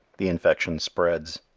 the infection spreads.